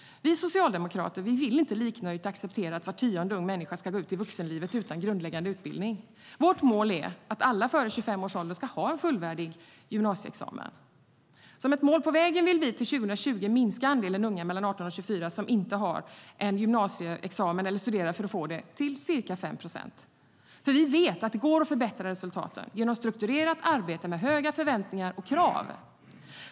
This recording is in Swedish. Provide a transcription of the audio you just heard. Vi socialdemokrater vill inte liknöjt acceptera att var tionde ung människa ska gå ut i vuxenlivet utan grundläggande utbildning. Vårt mål är att alla ska ha en fullvärdig gymnasieexamen före 25 års ålder. Som ett mål på vägen vill vi till 2020 minska andelen unga mellan 18 och 24 år som inte har en gymnasieexamen eller studerar för att få det till ca 5 procent. Vi vet att det går att förbättra resultaten genom strukturerat arbete med höga förväntningar och krav.